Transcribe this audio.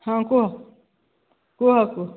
ହଁ କୁହ କୁହ କୁହ